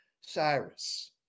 Cyrus